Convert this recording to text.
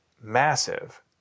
massive